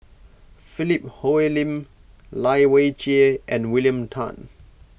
Philip Hoalim Lai Weijie and William Tan